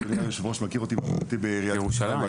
אדוני היושב ראש מכיר אותי עוד מעריית ירושלים,